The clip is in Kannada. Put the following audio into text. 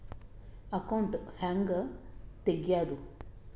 ಅಕೌಂಟ್ ಹ್ಯಾಂಗ ತೆಗ್ಯಾದು?